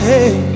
Hey